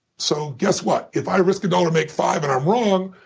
so guess what? if i risk a dollar, make five and i'm wrong,